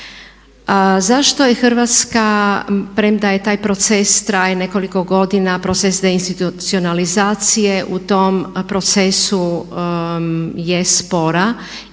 Zašto je Hrvatska premda taj proces traje nekoliko godina prosvjetne institucionalizacije u tom procesu je spora